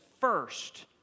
first